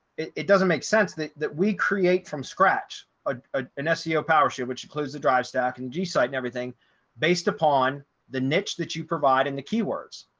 it doesn't make sense that that we create from scratch, ah ah an ah seo powersuite, which includes the drive stack, and g site and everything based upon the niche that you provide and the keywords,